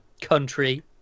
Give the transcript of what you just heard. country